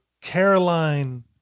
Caroline